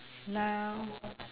now